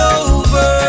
over